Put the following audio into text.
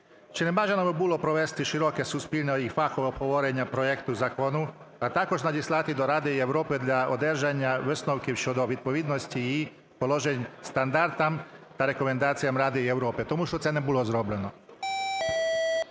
Чи не бажано би було провести широке суспільне і фахове обговорення проекту закону, а також надіслати до Ради Європи для одержання висновків щодо відповідності її положень стандартам та рекомендаціям Ради Європи, тому що це не було зроблено?